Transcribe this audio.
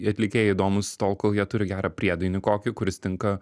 atlikėjai įdomūs tol kol jie turi gerą priedainį kokį kuris tinka